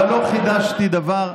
אבל לא חידשתי דבר,